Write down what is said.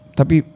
tapi